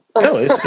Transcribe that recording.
No